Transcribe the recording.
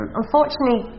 unfortunately